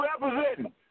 representing